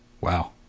Wow